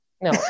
no